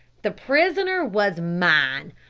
the prisoner was mine.